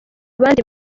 abandi